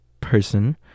person